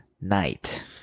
night